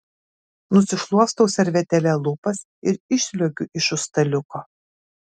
nusišluostau servetėle lūpas ir išsliuogiu iš už staliuko